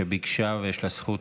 שביקשה ויש לה זכות,